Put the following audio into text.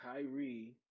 Kyrie